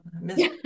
Miss